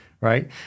Right